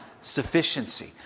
sufficiency